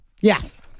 Yes